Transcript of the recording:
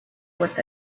with